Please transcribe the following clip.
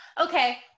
Okay